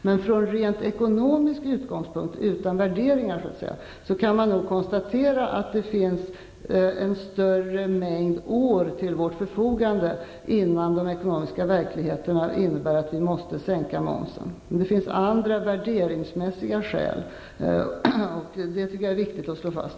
Men från rent ekonomisk utgångspunkt, utan några värderingar, kan man konstatera att det finns en större mängd år till vårt förfogande innan den ekonomiska verkligheten innebär att vi måste sänka momsen. Det finns andra värderingsmässiga skäl, och det tycker jag är viktigt att slå fast.